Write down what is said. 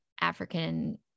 African